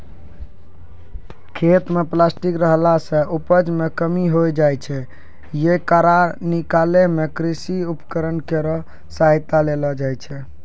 खेत म प्लास्टिक रहला सें उपज मे कमी होय जाय छै, येकरा निकालै मे कृषि उपकरण केरो सहायता लेलो जाय छै